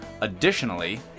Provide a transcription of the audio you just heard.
Additionally